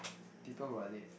people who are late